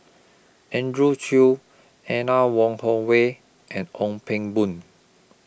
Andrew Chew Anne Wong Holloway and Ong Pang Boon